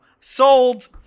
sold